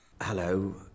Hello